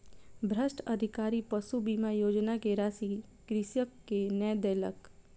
भ्रष्ट अधिकारी पशु बीमा योजना के राशि कृषक के नै देलक